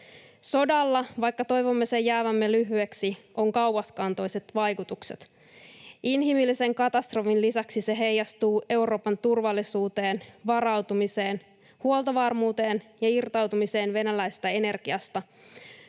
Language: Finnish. Sodalla, vaikka toivomme sen jäävän lyhyeksi, on kauaskantoiset vaikutukset. Inhimillisen katastrofin lisäksi se heijastuu Euroopan turvallisuuteen, varautumiseen, huoltovarmuuteen ja irtautumiseen venäläisestä energiasta,